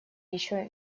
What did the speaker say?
еще